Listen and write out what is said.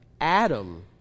Adam